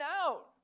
out